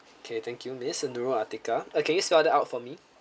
okay thank you miss nurul atikah can you spell them out for me